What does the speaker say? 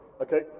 Okay